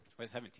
2017